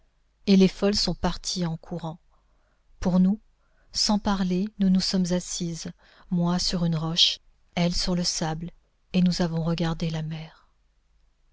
et les folles sont parties en courant pour nous sans parler nous nous sommes assises moi sur une roche elle sur le sable et nous avons regardé la mer